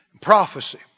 prophecy